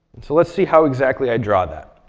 and so let's see how exactly i draw that.